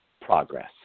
progress